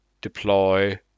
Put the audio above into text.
deploy